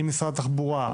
אם משרד התחבורה,